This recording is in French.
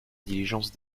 diligence